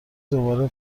دوباره